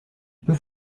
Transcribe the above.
peut